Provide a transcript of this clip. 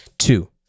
Two